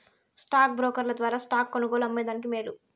stock బ్రోకర్ల ద్వారా stocks కొనుగోలు, అమ్మే దానికి మేలు